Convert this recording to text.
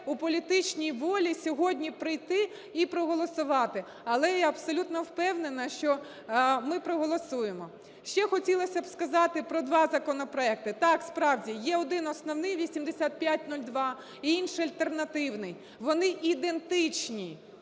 у політичній волі сьогодні прийти і проголосувати. Але я абсолютно впевнена, що ми проголосуємо. Ще хотілося б сказати про два законопроекти. Так, справді, є один основний – 8502, інший – альтернативний. Вони ідентичні.